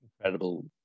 incredible